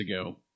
ago